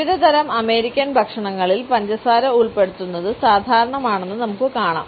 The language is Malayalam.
വിവിധതരം അമേരിക്കൻ ഭക്ഷണങ്ങളിൽ പഞ്ചസാര ഉൾപ്പെടുത്തുന്നത് സാധാരണമാണെന്ന് നമുക്ക് കാണാം